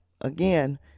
Again